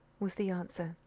was the answer.